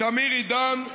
תמיר עידן,